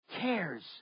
cares